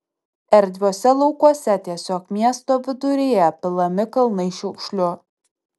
erdviuose laukuose tiesiog miesto viduryje pilami kalnai šiukšlių